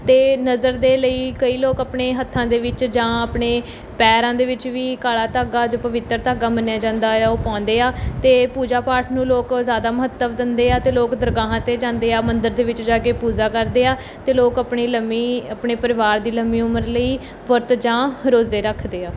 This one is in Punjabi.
ਅਤੇ ਨਜ਼ਰ ਦੇ ਲਈ ਕਈ ਲੋਕ ਆਪਣੇ ਹੱਥਾਂ ਦੇ ਵਿੱਚ ਜਾਂ ਆਪਣੇ ਪੈਰਾਂ ਦੇ ਵਿੱਚ ਵੀ ਕਾਲ਼ਾ ਧਾਗਾ ਜੋ ਪਵਿੱਤਰ ਧਾਗਾ ਮੰਨਿਆ ਜਾਂਦਾ ਏ ਆ ਉਹ ਪਾਉਂਦੇ ਆ ਅਤੇ ਪੂਜਾ ਪਾਠ ਨੂੰ ਲੋਕ ਜ਼ਿਆਦਾ ਮਹੱਤਵ ਦਿੰਦੇ ਆ ਅਤੇ ਲੋਕ ਦਰਗਾਹਾਂ 'ਤੇ ਜਾਂਦੇ ਆ ਮੰਦਰ ਦੇ ਵਿੱਚ ਜਾ ਕੇ ਪੂਜਾ ਕਰਦੇ ਆ ਅਤੇ ਲੋਕ ਆਪਣੀ ਲੰਮੀ ਆਪਣੇ ਪਰਿਵਾਰ ਦੀ ਲੰਮੀ ਉਮਰ ਲਈ ਵਰਤ ਜਾਂ ਰੋਜ਼ੇ ਰੱਖਦੇ ਆ